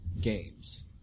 games